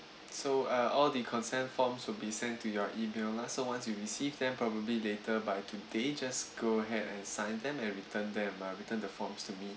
so uh all the consent forms will be sent to your email lah so once you receive them probably later by today just go ahead and sign them and return them ah return the forms to me